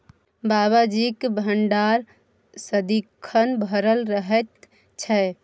बाबाजीक भंडार सदिखन भरल रहैत छै